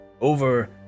over